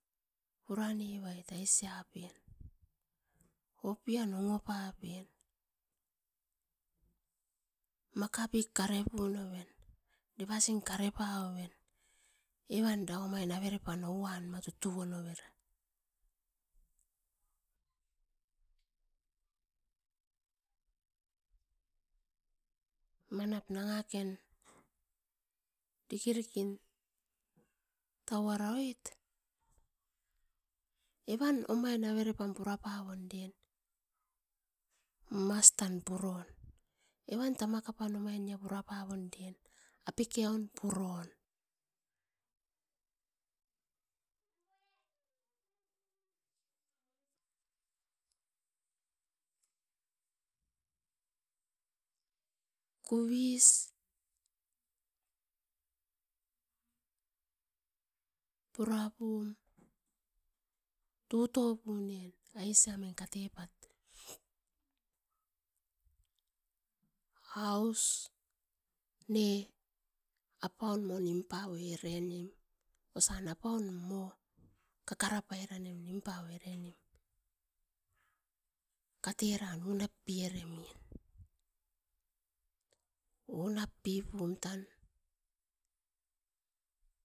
Puranevait aisiapen opian ongopapen makapip karepinoven devasin karepaven evan dauman avereuna mara tutuoreva, manap nangaken dikirin taura oit evan omain averepan puropavon eren mas tan puron evan tamakapaiavan purapavon apikaune. Kuvis purapum totopunen aisiamen katepat. Aus nes apaun mo nimpavoit eremim osian apaun mo kakarapairen nimpavoi eren kateran unapieremin unapipum tan